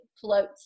floats